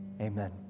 Amen